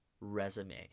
resume